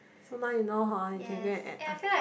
so now you know hor you can go and add ah